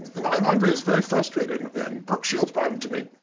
and and andre is very frustrated, and brooke shields brought him to me.